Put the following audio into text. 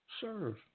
serve